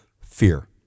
fear